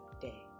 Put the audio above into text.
day